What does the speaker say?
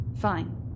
fine